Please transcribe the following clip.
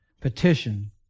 petition